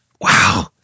wow